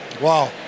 Wow